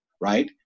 right